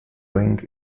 rink